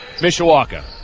Mishawaka